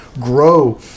grow